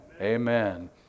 Amen